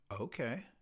Okay